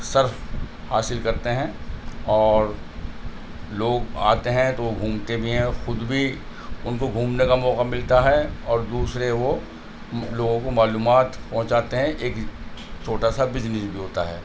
شرف حاصل کرتے ہیں اور لوگ آتے ہیں تو وہ گھومتے بھی ہیں خود بھی ان کو گھومنے کا موقع ملتا ہے اور دوسرے وہ لوگوں کو معلومات پہنچاتے ہیں ایک چھوٹا سا بزنس بھی ہوتا ہے